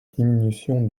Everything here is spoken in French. diminution